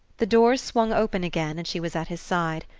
the doors swung open again and she was at his side.